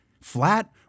flat